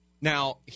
Now